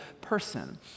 person